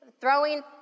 throwing